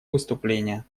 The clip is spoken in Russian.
выступление